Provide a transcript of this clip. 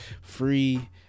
free